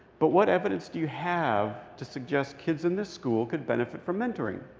but what evidence do you have to suggest kids in this school could benefit from mentoring?